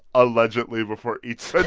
allegedly before each ah